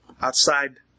outside